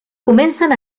comencen